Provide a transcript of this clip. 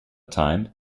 time